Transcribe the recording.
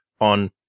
on